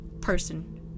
person